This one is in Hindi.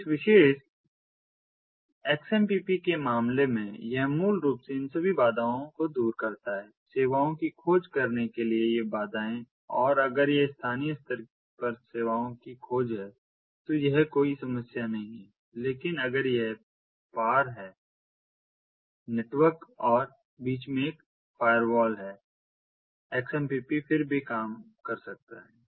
तो इस विशेष XMPP के मामले में यह मूल रूप से इन सभी बाधाओं को दूर करता है सेवाओं की खोज करने के लिए ये बाधाएं और अगर यह स्थानीय स्तर पर सेवाओं की खोज है तो यह कोई समस्या नहीं है लेकिन अगर यह पार है नेटवर्क और बीच में एक फ़ायरवॉल है XMPP फिर भी काम कर सकता है